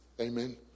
Amen